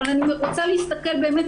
אבל אני רוצה להסתכל באמת,